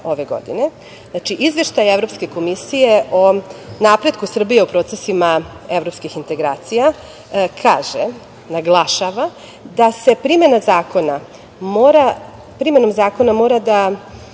ove godine. Znači, izveštaj Evropske komisije o napretku Srbije o procesima evropskih integracija kaže, naglašava, da se primenom zakona mora da